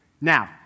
Now